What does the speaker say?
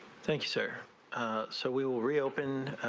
thank you sir so we will reopen